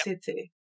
City